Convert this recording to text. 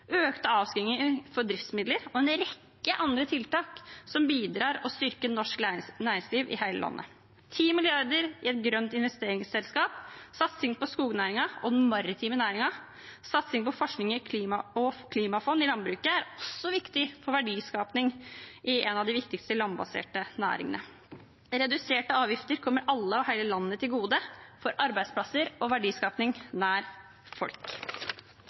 økte avskrivninger for driftsmidler og en rekke andre tiltak som bidrar til å styrke norsk næringsliv i hele landet – 10 mrd. kr i et grønt investeringsselskap, satsing på skognæringen og den maritime næringen, og satsing på forskning- og klimafond i landbruket er også viktig for verdiskaping i en av de viktigste landbaserte næringene. Reduserte avgifter kommer alle og hele landet til gode – for arbeidsplasser og verdiskaping nær folk.